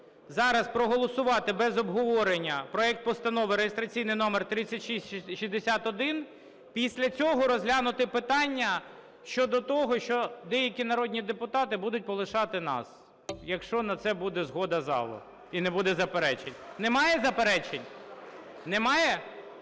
Зараз проголосувати без обговорення проект Постанови реєстраційний номер 3661. Після цього розглянути питання щодо того, що деякі народні депутати будуть полишати нас, якщо на це буде згода залу і не буде заперечень. Немає заперечень? Немає?